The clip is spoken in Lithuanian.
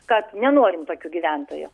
kad nenorim tokių gyventojų